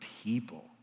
people